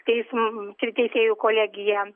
teism te teisėjų kolegija